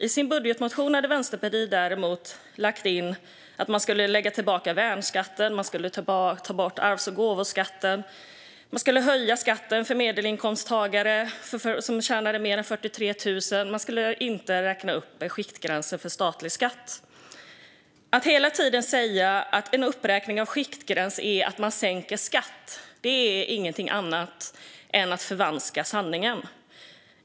I sin budgetmotion hade Vänsterpartiet däremot lagt in att man skulle lägga tillbaka värnskatten och arvs och gåvoskatten. Man skulle höja skatten för medelinkomsttagare som tjänade mer än 43 000 kronor. Man skulle inte räkna upp skiktgränsen för statlig skatt. Att hela tiden säga att en uppräkning av skiktgräns är en säkning av skatt är ingenting annat än att förvanska sanningen.